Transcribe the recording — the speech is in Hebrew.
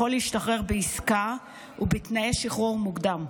להשתחרר בעסקה או בתנאי שחרור מוקדם.